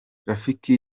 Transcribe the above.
rafiki